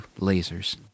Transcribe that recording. Lasers